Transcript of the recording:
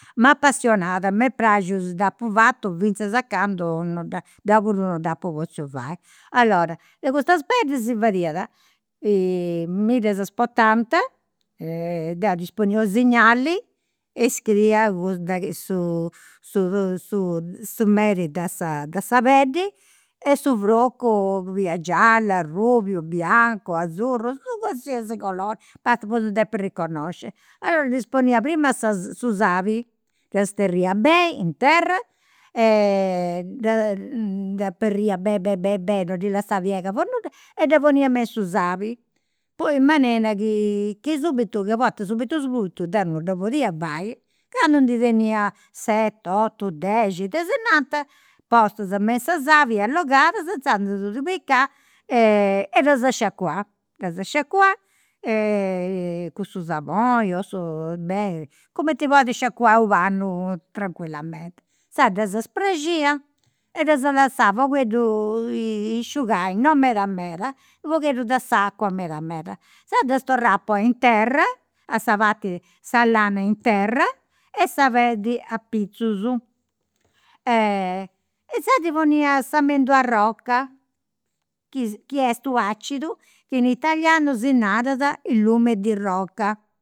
M'apassionat, me praxiu dd'apu fatu finzas a candu non deu puru non dd'apu potziu fai. Allora, de custas peddis fadiat, mi ddas portant, deu ddis ponia u' segnali, e scriia de chi, su su meri de sa sa peddi e su frocu fiat giallu, arrubiu, biancu azzurru, qualsiasi colori, basta po ddus depi arreconnosci. Allora ddis ponia prima su sali, dda sterria beni in terra e dda dd'aberria beni beni beni non lassà piegas po nudda, e dda ponia me in su sali. Poi in manera chi chi subitu ca a bortas subitu subitu deu non dda podia fai. Candu ndi tenia seti otu dexi, tesinanta, postas me in sa sali e allogadas, inzandus ddus pigà e ddas. Ddas sciacuà e cun su saboni, o beni, cumenti podis scacuai u' pannu, tranquillamenti. Inzandus ddas spraxia, e ddas lassà u' pogheddu isciugai, non meda meda, u' pogheddu de s'acua meda meda. Inzandus ddas torrà a ponni in terra a sa parti, sa lana in terra, e sa peddi apitzus. Inzandus ddis ponia sa mendula arroca, chi est u' acidu chi in italianu si narat illume di rocca